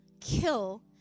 kill